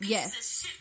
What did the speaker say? Yes